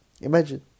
Imagine